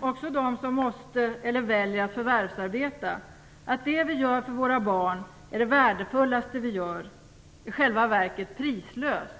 också dem som väljer eller måste förvärvsarbeta, att det vi gör för våra barn är det värdefullaste vi gör. Det är i själva verket prislöst.